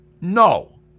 No